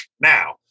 now